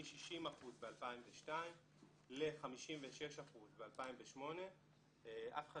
מ-60% ב-2002 ל-56% בשנת 2008. אף אחד